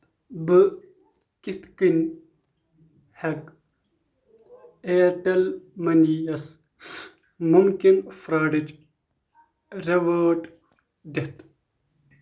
بہٕ کِتھ کٔنۍ ہٮ۪کہٕ اِیَرٹیٚل مٔنی یَس ممکنہٕ فراڈٕچ ریوٲٹ دِتھ